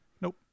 Nope